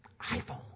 iPhone